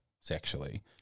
sexually